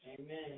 Amen